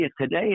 today